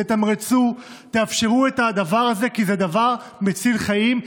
תתמרצו, תאפשרו את הדבר הזה, כי זה דבר מציל חיים.